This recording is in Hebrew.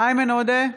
איימן עודה,